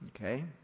Okay